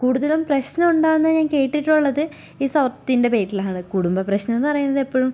കൂടുതലും പ്രശ്നം ഉണ്ടാവുന്നത് ഞാൻ കേട്ടിട്ടുള്ളത് ഈ സ്വത്തിൻ്റെ പേരിലാണ് കുടുംബ പ്രശ്നം എന്ന് പറയുന്നത് എപ്പോഴും